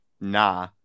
nah